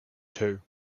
two